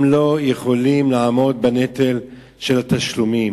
הם לא יכולים לעמוד בנטל התשלומים.